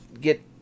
get